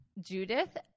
Judith